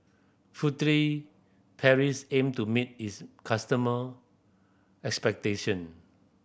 Furtere Paris aim to meet its customer expectation